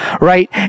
right